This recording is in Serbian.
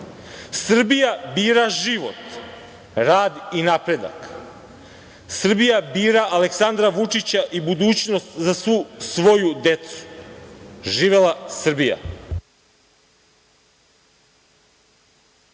bira život, rad i napredak. Srbija bira Aleksandra Vučića i budućnost za svu svoju decu. Živela Srbija!